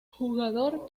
jugador